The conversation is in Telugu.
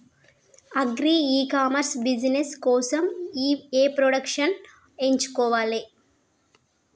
అగ్రి ఇ కామర్స్ బిజినెస్ కోసము ఏ ప్రొడక్ట్స్ ఎంచుకోవాలి?